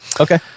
Okay